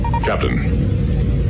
Captain